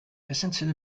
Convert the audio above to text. essentielle